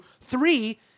three